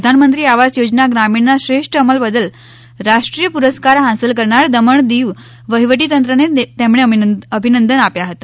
પ્રધાનમંત્રી આવાસ યોજના ગ્રામીણના શ્રેષ્ઠ અમલ બદલ રાષ્ટ્રીય પુરસ્કાર હાંસલ કરનાર દમણ દીવ વહીવટીતંત્રને તેમણે અભિનંદન આપ્યા હતા